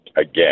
again